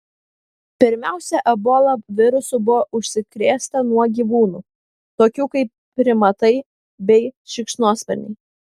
pirmiausia ebola virusu buvo užsikrėsta nuo gyvūnų tokių kaip primatai bei šikšnosparniai